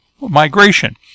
Migration